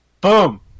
Boom